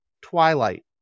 Twilight